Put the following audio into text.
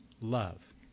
love